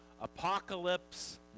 Apocalypse